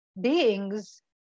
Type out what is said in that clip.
beings